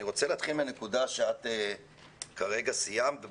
אני רוצה להתחיל מהנקודה שאת כרגע סיימת בה.